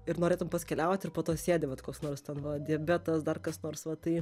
ir norėtum pats keliauti ir po to sėdi vat koks nors ten va diabetas dar kas nors va tai